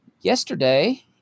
Yesterday